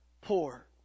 poor